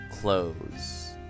close